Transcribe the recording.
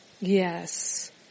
Yes